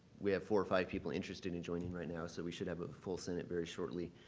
we have four or five people interested in joining right now so we should have a full senate very shortly.